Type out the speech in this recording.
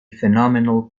phenomenal